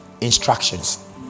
instructions